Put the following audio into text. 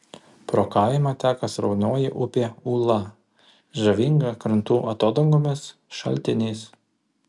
pro kaimą teka sraunioji upė ūla žavinga krantų atodangomis šaltiniais